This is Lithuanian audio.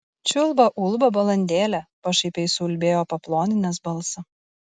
čiulba ulba balandėlė pašaipiai suulbėjo paploninęs balsą